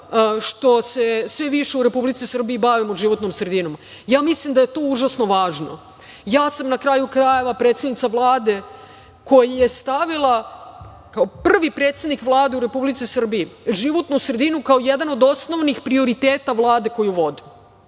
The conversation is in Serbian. što se sve više u Republici Srbiji bavimo životnom sredinom. Ja mislim da je to užasno važno. Ja sam, na kraju krajeva, predsednica Vlade koja je stavila kao prvi predsednik Vlade u Republici Srbiji životnu sredinu kao jedan od osnovnih prioriteta Vlade koju vodim,